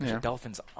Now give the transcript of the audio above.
Dolphin's